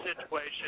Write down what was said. situation